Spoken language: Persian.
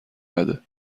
نده